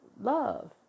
love